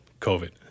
COVID